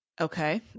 okay